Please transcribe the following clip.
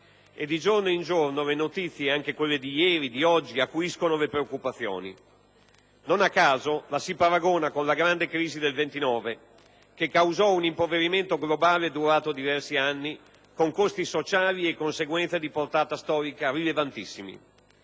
e di giorno in giorno le notizie, anche quelle di ieri e di oggi, acuiscono le preoccupazioni. Non a caso la si paragona con la grande crisi del 1929, che causò un impoverimento globale durato diversi anni, con costi sociali e conseguenze di portata storica rilevantissimi.